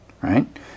Right